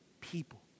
people